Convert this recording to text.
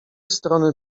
strony